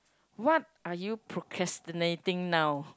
what are you procrastinating now